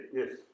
yes